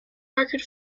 record